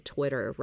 Twitter